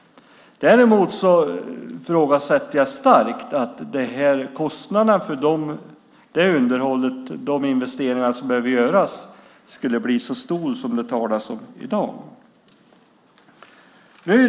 Däremot ifrågasätter jag starkt att kostnaden för de investeringar som behöver göras skulle bli så stor som det talas om i dag.